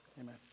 Amen